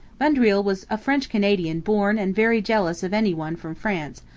vaudreuil was a french canadian born and very jealous of any one from france,